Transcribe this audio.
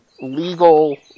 legal